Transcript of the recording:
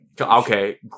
Okay